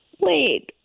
Wait